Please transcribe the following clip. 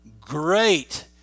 great